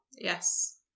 yes